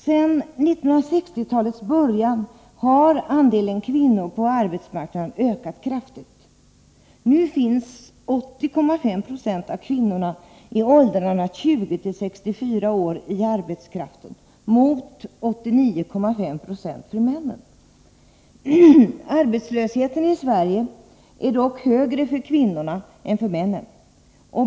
Sedan 1960-talets början har andelen kvinnor på arbetsmarknaden ökat kraftigt. Nu finns 80,5 96 av kvinnorna i åldrarna 20-64 år i arbetskraften mot 89,5 90 för männen. Arbetslösheten i Sverige är dock högre för kvinnorna än för männen.